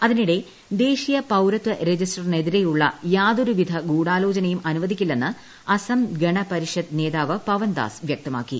അതിനിടെ ദേശീയ പൌരത്യ ർജീസ്റ്ററിനെതിരെയുള്ള യാതൊരു വിധ ഗൂഢാലോചനയും അനുപ്പ്ദിക്കില്ലെന്ന് അസം ഗണ പരിഷത് നേതാവ് പവൻദാസ് വൃക്തമാക്കി